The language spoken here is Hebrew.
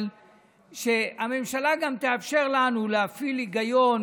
אבל שהממשלה גם תאפשר לנו להפעיל היגיון